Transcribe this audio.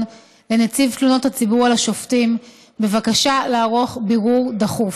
לנציב תלונות הציבור על השופטים בבקשה לערוך בירור דחוף.